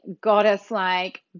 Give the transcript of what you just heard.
goddess-like